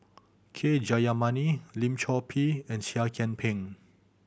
K Jayamani Lim Chor Pee and Seah Kian Peng